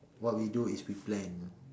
what we do is we plan